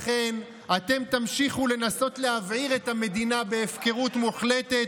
לכן אתם תמשיכו לנסות להבעיר את המדינה בהפקרות מוחלטת,